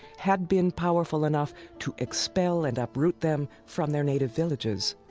had been powerful enough to expel and uproot them from their native villages.